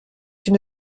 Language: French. une